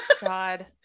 God